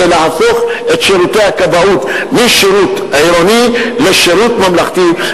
היא להפוך את שירותי הכבאות משירות עירוני לשירות ממלכתי,